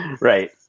Right